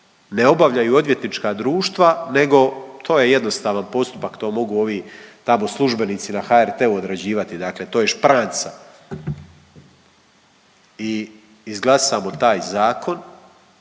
ne obavljaju odvjetnička društva, nego to je jednostavan postupak, to mogu ovi tamo službenici na HRT-u odrađivati. Dakle, to je špranca i izglasamo taj zakon